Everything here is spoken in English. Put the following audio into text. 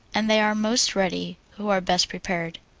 and they are most ready who are best prepared.